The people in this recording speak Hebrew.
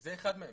זה אחד מהם.